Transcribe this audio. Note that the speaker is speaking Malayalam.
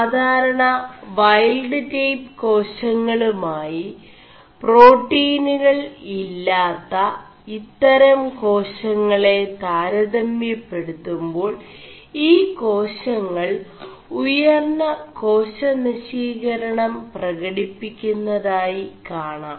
സാധാരണ ൈവൽഡ് ൈടപ് േകാശÆളgമായി േ4പാƒീനുകൾ ഇ ാø ഇøരം േകാശÆെള താരതമçെçടുøുേ2ാൾ ഈ േകാശÆൾ ഉയർM േകാശനശീകരണം 4പകടിçി ുMതായി കാണാം